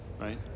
right